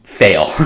fail